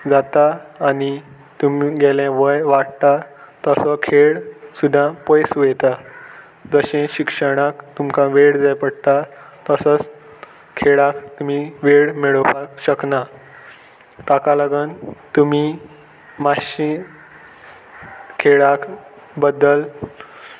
जाता आनी तुमी गेले वय वाडटा तसो खेळ सुद्दा पयस वयता जशें शिक्षणाक तुमकां वेळ जाय पडटा तसोच खेळाक तुमी वेळ मेळोवपाक शकना ताका लागून तुमी मातशी खेळाक बद्दल